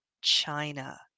china